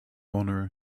owner